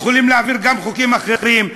יכולים להעביר גם חוקים אחרים,